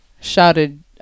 shouted